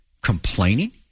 complaining